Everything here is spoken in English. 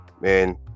man